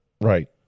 Right